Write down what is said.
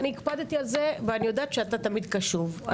אני הקפדתי על זה ואני יודעת שאתה תמיד קשוב.